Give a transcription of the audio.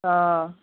હં